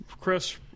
Chris